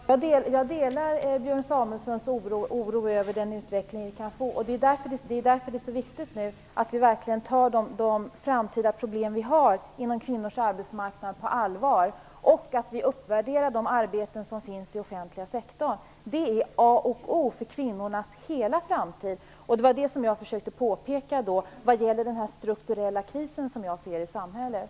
Herr talman! Jag delar Björn Samuelsons oro över den utveckling som vi kan få. Det är därför som det är så viktigt att vi nu verkligen tar de framtida problemen inom kvinnors arbetsmarknad på allvar och att vi uppvärderar det arbete som finns i den offentliga sektorn. Det är A och O för kvinnornas hela framtid. Det var detta som jag försökte att påpeka när det gäller den strukturella kris som jag ser i samhället.